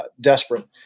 desperate